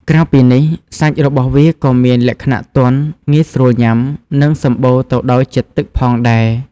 ក្រៅពីនេះ សាច់របស់វាក៏មានលក្ខណៈទន់ ងាយស្រួលញ៉ាំ និងសម្បូរទៅដោយជាតិទឹក ផងដែរ។